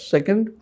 Second